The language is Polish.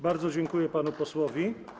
Bardzo dziękuję panu posłowi.